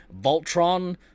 Voltron